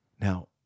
Now